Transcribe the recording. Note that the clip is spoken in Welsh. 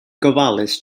gofalus